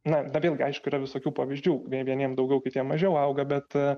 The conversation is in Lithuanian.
na dar irgi aišku yra visokių pavyzdžių vie vieniem daugiau kitiem mažiau auga bet